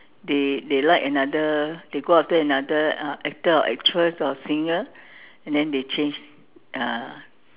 they they like another they go after another uh actor or actress or singer and then they change uh